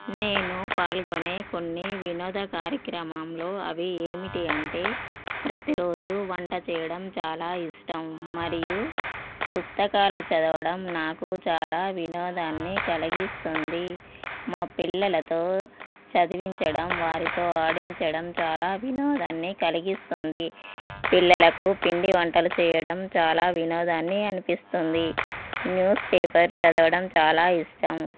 నేను పాల్గొనే కొన్ని వినోద కార్యక్రమాలు అవి ఏంటంటే ప్రతిరోజు వంట చేయడం చాలా ఇష్టం మరియు పుస్తకాలు చదవడం నాకు చాలా వినోదాన్ని కలిగిస్తుంది మా పిల్లలతో చదివించడం వారితో ఆడించడం చాలా వినోదాన్ని కలిగిస్తుంది పిల్లలకు పిండి వంటలు చేయడం చాలా వినోదాన్ని అనిపిస్తుంది న్యూస్పేపర్ చదవడం చాలా ఇష్టం